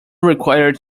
required